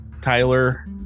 Tyler